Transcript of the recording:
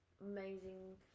amazing